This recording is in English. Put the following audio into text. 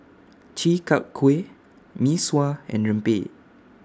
Chi Kak Kuih Mee Sua and Rempeyek